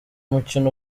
mukino